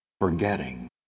forgetting